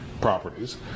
properties